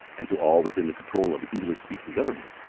and to all within the control of english-speaking governments,